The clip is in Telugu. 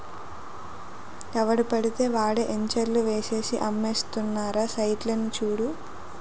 ఎవడు పెడితే ఆడే ఎంచర్లు ఏసేసి అమ్మేస్తున్నారురా సైట్లని చూడు